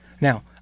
Now